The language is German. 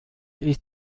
ist